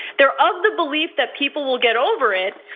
they're of the belief that people will get over it.